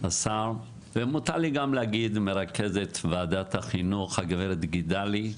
השר, מרכזת ועדת החינוך, הגברת גידלי,